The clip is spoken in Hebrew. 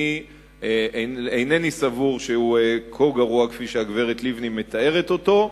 אני אינני סבור שהוא כה גרוע כפי שהגברת לבני מתארת אותו,